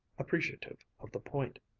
appreciative of the point.